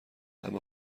اما